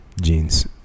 jeans